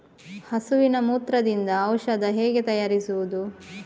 ಹಸುವಿನ ಮೂತ್ರದಿಂದ ಔಷಧ ಹೇಗೆ ತಯಾರಿಸುವುದು?